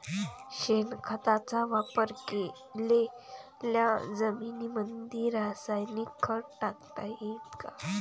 शेणखताचा वापर केलेल्या जमीनीमंदी रासायनिक खत टाकता येईन का?